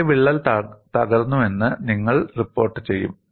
ഏത് വിള്ളൽ തകർന്നുവെന്ന് നിങ്ങൾ റിപ്പോർട്ട് ചെയ്യും